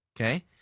Okay